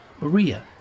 Maria